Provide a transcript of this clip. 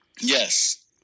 Yes